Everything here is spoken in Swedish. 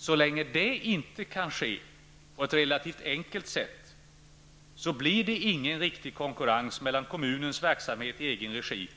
Så länge detta inte kan ske på ett relativt enkelt sätt blir det ingen riktig konkurrens mellan kommunernas verkasmhet i egen regi